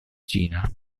cina